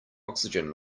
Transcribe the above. oxygen